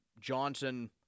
Johnson